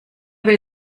will